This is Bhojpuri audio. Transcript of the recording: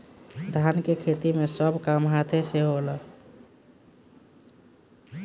धान के खेती मे सब काम हाथे से होला